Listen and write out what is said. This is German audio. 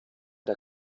der